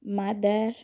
mother